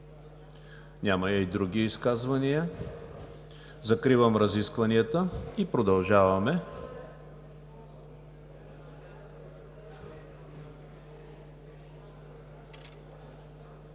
Няма. Други изказвания? Няма. Закривам разискванията и продължаваме.